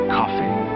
coffee